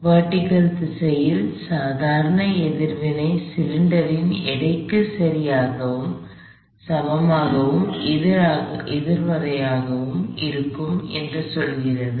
vertical திசையில் சாதாரண எதிர்வினை சிலிண்டரின் எடைக்கு சரியாக சமமாகவும் எதிர்மாகவும் இருக்கும் என்று சொல்கிறது